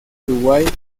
uruguay